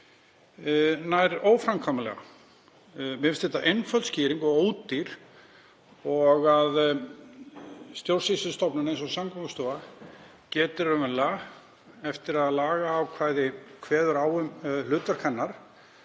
nær óframkvæmanlega. Mér finnst þetta einföld skýring og ódýr, þ.e. að stjórnsýslustofnun eins og Samgöngustofa geti raunverulega, eftir að lagaákvæði kveður á um hlutverk hennar